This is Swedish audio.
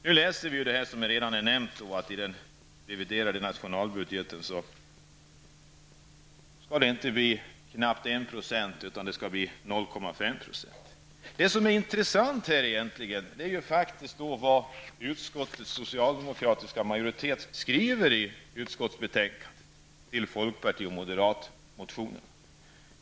Nu läser vi, som det redan har nämnts, i den reviderade nationalbudgeten att det inte ens blir 1 % utan det skall bli 0,5 %. Det som är intressant här är faktiskt vad utskottets socialdemokratiska majoritet skriver med anledning av folkparti och moderatmotionerna.